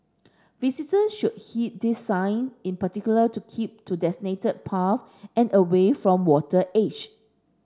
visitor should heed these sign in particular to keep to designated paths and away from water edge